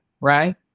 right